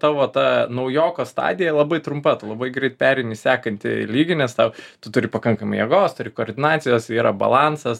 tavo ta naujoko stadija labai trumpa tu labai greit pereini sekantį lygį nes tau tu turi pakankamai jėgos turi koordinacijos yra balansas